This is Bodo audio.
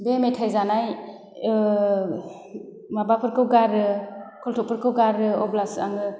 बे मेथाय जानाय माबाफोरखौ गारो खल्थाफोरखौ गारो अब्लासो आङो